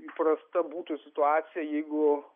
įprasta būtų situacija jeigu